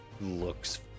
looks